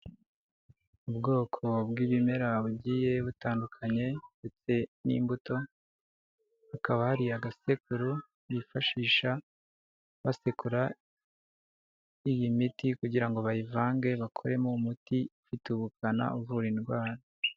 Ubwoko bw'ibimera bugiye butandukanye ndetse n'imbuto, hakaba hari agasekuru bifashisha basekura iyi miti kugira ngo bayivange, bakoremo umuti ufite ubukana uvura indwara.